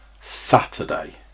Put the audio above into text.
Saturday